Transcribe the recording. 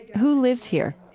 who lives here?